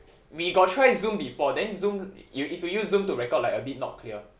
we got try zoom before then zoom if you use zoom to record like a bit not clear